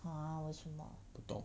不懂